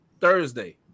Thursday